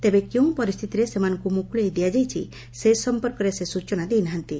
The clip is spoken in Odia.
ତେବେ କେଉଁ ପରିସ୍ଥିତିରେ ସେମାନଙ୍କୁ ମୁକୁଳେଇ ଦିଆଯାଇଛି ସେ ସମ୍ପର୍କରେ ସେ ସ୍ଟଚନା ଦେଇ ନାହାନ୍ତି